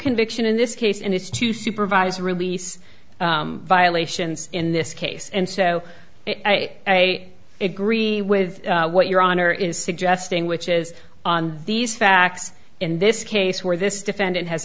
conviction in this case and it's to supervise release violations in this case and so i agree with what your honor is suggesting which is on these facts in this case where this defendant has